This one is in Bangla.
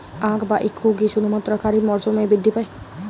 আখ বা ইক্ষু কি শুধুমাত্র খারিফ মরসুমেই বৃদ্ধি পায়?